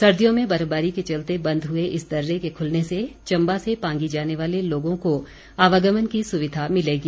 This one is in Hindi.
सर्दियों में बर्फबारी के चलते बंद हुए इस दर्रे के खुलने से चम्बा से पांगी जाने वाले लोगों को आवागमन की सुविधा मिलेगी